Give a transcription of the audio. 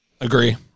Agree